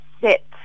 set